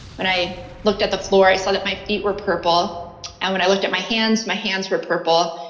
when i looked at the floor, i saw that my feet were purple and when i looked at my hands, my hands were purple.